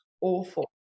awful